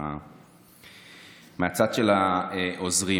מהצד של העוזרים.